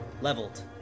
leveled